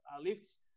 lifts